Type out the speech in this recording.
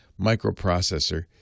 microprocessor